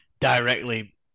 directly